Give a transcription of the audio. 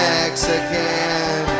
Mexican